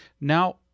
Now